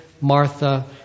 Martha